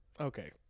Okay